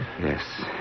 Yes